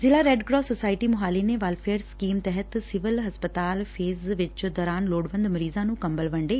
ਜ਼ਿਲ੍ਹਾ red cross society Mohali ਨੇ welfare scheme ਤਹਿਤ ਸਿਵਲ ਹਸਪਤਾਲ ਫ਼ੇਜ਼ ਵਿਚ ਦੌਰਾਨ ਲੋੜਵੰਦ ਮਰੀਜ਼ਾਂ ਨੂੰ ਕੰਬਲ ਵੰਡੇ